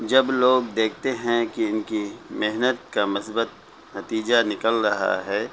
جب لوگ دیکھتے ہیں کہ ان کی محنت کا مثبت نتیجہ نکل رہا ہے